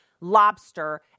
Lobster